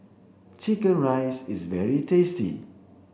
chicken rice is very tasty